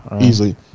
easily